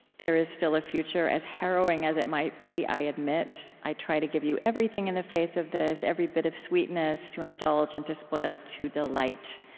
there is still a future, as harrowing as it might be, i admit. i try to give you everything in the face of this, every bit of sweetness, to indulge and to spoil, to delight.